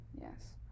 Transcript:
Yes